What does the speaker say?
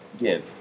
again